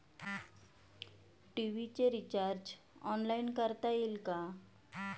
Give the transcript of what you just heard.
TV चे recharge online करता येईल का?